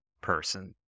person